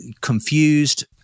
confused